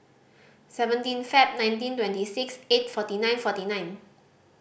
seventeen Feb nineteen twenty six eight forty nine forty nine